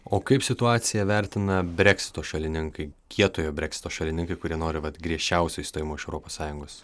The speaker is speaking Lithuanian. o kaip situaciją vertina brekstio šalininkai kietojo breksito šalininkai kurie nori vat griežčiausio išstojimo iš europos sąjungos